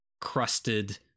crusted